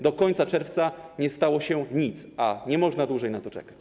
Do końca czerwca nie stało się nic, a nie można dłużej na to czekać.